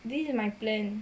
this is my plan